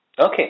Okay